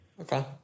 Okay